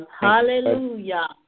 Hallelujah